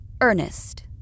Ernest